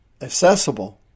accessible